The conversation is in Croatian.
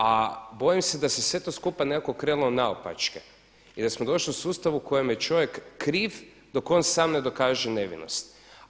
A bojim se da se sve to skupa nekako okrenulo naopačke i da smo došli u sustavu u kojem je čovjek kriv dok on sam ne dokaže nevinost.